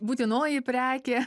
būtinoji prekė